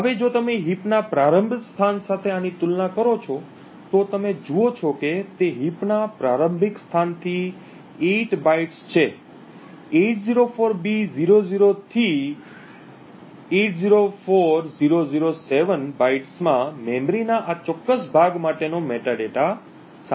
હવે જો તમે હીપ ના પ્રારંભ સ્થાન સાથે આની તુલના કરો છો તો તમે જુઓ છો કે તે હીપ ના પ્રારંભિક સ્થાનથી 8 બાઇટ્સ છે 804b000 થી 804007 બાઇટ્સમાં મેમરીના આ ચોક્કસ ભાગ માટેનો મેટાડેટા શામેલ છે